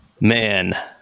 man